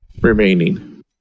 Remaining